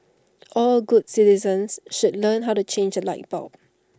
all good citizens should learn how to change A light bulb